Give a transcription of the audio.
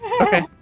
Okay